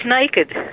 naked